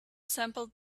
sampled